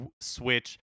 switch